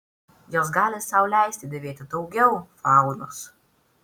jos gali sau leisti dėvėti daugiau faunos